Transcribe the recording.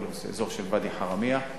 כל האזור של ואדי חרמיה.